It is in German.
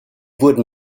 wurden